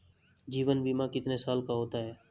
जीवन बीमा कितने साल का होता है?